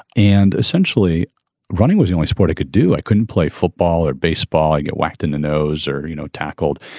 and essentially running was only sport it could do. i couldn't play football or baseball. i get whacked in the nose or, you know, tackled.